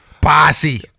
Bossy